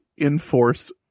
enforced